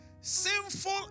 sinful